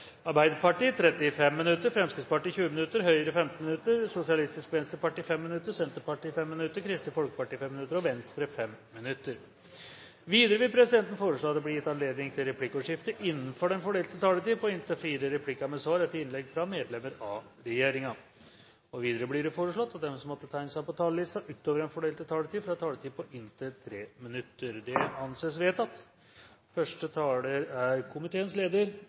Arbeiderpartiet 35 minutter, Fremskrittspartiet 20 minutter, Høyre 15 minutter, Sosialistisk Venstreparti 5 minutter, Senterpartiet 5 minutter, Kristelig Folkeparti 5 minutter og Venstre 5 minutter. Videre vil presidenten foreslå at det blir gitt anledning til replikkordskifte på inntil fire replikker med svar etter innlegg fra medlemmer av regjeringen innenfor den fordelte taletid. Videre blir det foreslått at de som måtte tegne seg på talerlisten utover den fordelte taletid, får en taletid på inntil 3 minutter. – Det anses vedtatt.